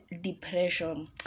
depression